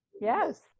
yes